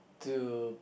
to